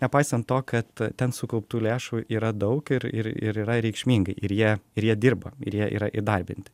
nepaisant to kad ten sukauptų lėšų yra daug ir ir yra reikšmingai ir jie ir jie dirba ir jie yra įdarbinti